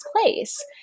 place